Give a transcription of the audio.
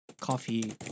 coffee